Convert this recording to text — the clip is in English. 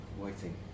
waiting